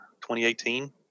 2018